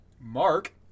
Mark